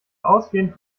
ausgehend